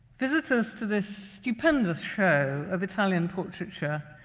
visitors to this stupendous show of italian portraiture,